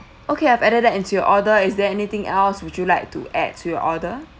okay I've added that into your order is there anything else would you like to add to your order